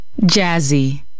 jazzy